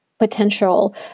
potential